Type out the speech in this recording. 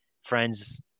friends